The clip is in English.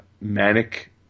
manic